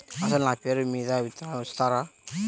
అసలు నా పేరు మీద విత్తనాలు ఇస్తారా?